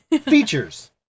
Features